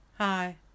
Hi